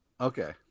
okay